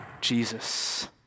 Jesus